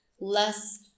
less